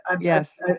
yes